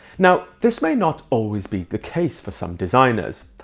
now, this may not always be the case for some designers.